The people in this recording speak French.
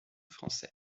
français